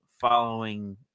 following